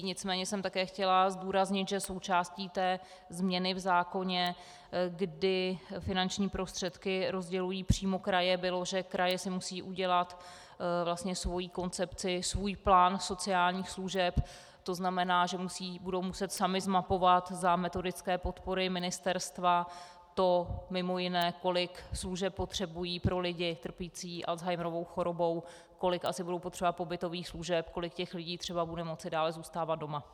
Nicméně jsem také chtěla zdůraznit, že součástí té změny v zákoně, kdy finanční prostředky rozdělují přímo kraje, bylo to, že kraje si musí udělat svoji koncepci, svůj plán sociálních služeb, to znamená, že budou muset samy zmapovat za metodické podpory ministerstva mimo jiné to, kolik služeb potřebují pro lidi trpící Alzheimerovou chorobou, kolik asi budou potřebovat pobytových služeb, kolik lidí třeba bude moci dále zůstávat doma.